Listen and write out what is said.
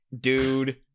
dude